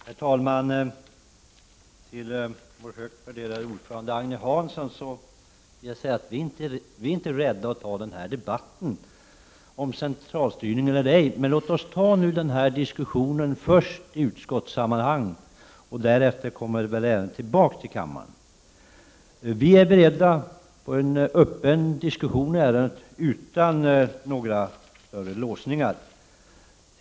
Herr talman! Till vår högt värderade ordförande Agne Hansson vill jag säga att vi inte är rädda att ta en debatt om centralstyrning, men låt oss ta diskussionen först i utskottssammanhang. Därefter kan vi återkomma i kammaren. Vi är beredda till en öppen diskussion utan några större låsningar.